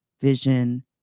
vision